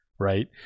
Right